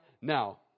now